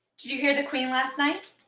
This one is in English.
did you hear the queen last night?